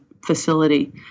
Facility